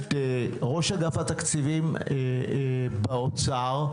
את ראש התקציבים באוצר.